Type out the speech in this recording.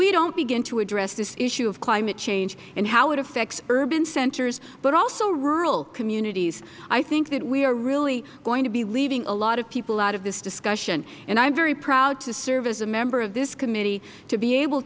we don't begin to address this issue of climate change and how it affects urban centers but also rural communities i think that we are really going to be leaving a lot of people out of this discussion and i am very proud to serve as a member of this committee to be able